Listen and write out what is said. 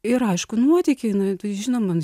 ir aišku nuotykiai tai žinoma